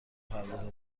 پرواز